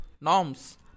norms